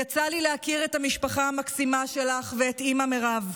יצא לי להכיר את המשפחה המקסימה שלך ואת אימא מירב,